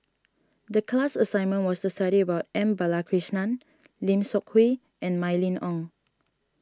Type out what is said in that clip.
the class assignment was to study about N Balakrishnan Lim Seok Hui and Mylene Ong